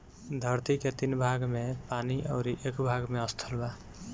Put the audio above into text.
धरती के तीन भाग में पानी अउरी एक भाग में स्थल बा